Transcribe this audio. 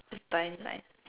just die like